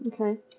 Okay